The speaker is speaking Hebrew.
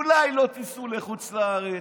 אולי לא תיסעו לחוץ לארץ.